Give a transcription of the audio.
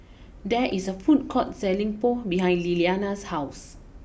there is a food court selling Pho behind Liliana's house